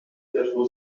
quatre